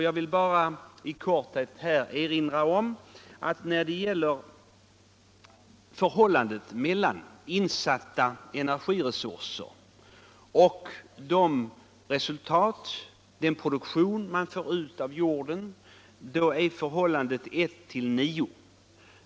Jag vill här bara i korthet nämna att förhållandet mellan insätta energiresurser och den produktion man får ut av jorden är 1:9.